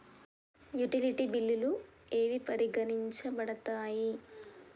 Utility బిల్లులు ఏవి పరిగణించబడతాయి?